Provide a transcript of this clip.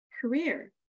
career